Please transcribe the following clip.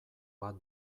bat